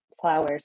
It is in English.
flowers